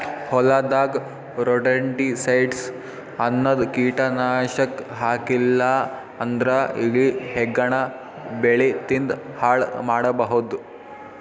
ಹೊಲದಾಗ್ ರೊಡೆಂಟಿಸೈಡ್ಸ್ ಅನ್ನದ್ ಕೀಟನಾಶಕ್ ಹಾಕ್ಲಿಲ್ಲಾ ಅಂದ್ರ ಇಲಿ ಹೆಗ್ಗಣ ಬೆಳಿ ತಿಂದ್ ಹಾಳ್ ಮಾಡಬಹುದ್